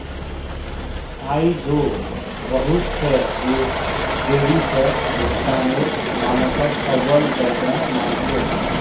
आई झो बहुत स देश देरी स भुगतानेर मानकक अव्वल दर्जार मान छेक